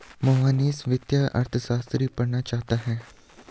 मोहनीश वित्तीय अर्थशास्त्र पढ़ना चाहता है